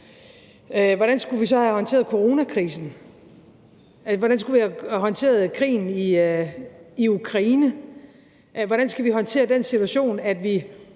hvordan skulle vi så have håndteret coronakrisen? Hvordan skulle vi have håndteret krigen i Ukraine? Hvordan skal vi håndtere den situation, at vi